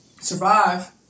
survive